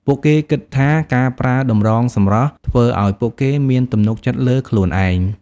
ពួកគេគិតថាការប្រើតម្រងសម្រស់ធ្វើឱ្យពួកគេមានទំនុកចិត្តលើខ្លួនឯង។